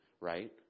right